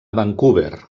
vancouver